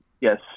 yes